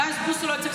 ואז בוסו לא צריך,